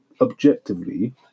objectively